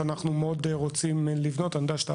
שם אנחנו רוצים מאוד לבנות אני יודע שאתה